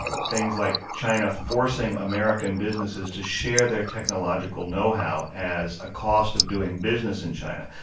things like china forcing american businesses to share their technological know-how as a cost of doing business in china.